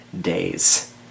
days